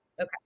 okay